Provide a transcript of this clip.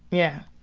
yeah.